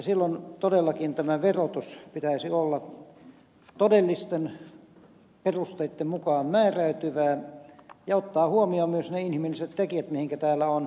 silloin todellakin tämän verotuksen pitäisi olla todellisten perusteitten mukaan määräytyvää ja ottaa huomioon myös ne inhimilliset tekijät mihinkä täällä on viitattu